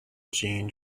gene